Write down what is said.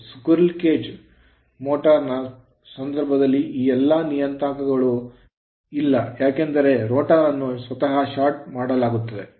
squirrel cage ಅಳಿಲು ಪಂಜರದ motor ನ ಸಂದರ್ಭದಲ್ಲಿ ಈ ಎಲ್ಲಾ ನಿಯತಾಂಕಗಳು ಇಲ್ಲ ಏಕೆಂದರೆ ರೋಟರ್ ಅನ್ನು ಸ್ವತಃ ಶಾರ್ಟ್ ಮಾಡಲಾಗುತ್ತದೆ